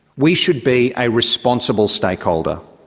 we should be a responsible stakeholder.